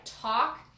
talk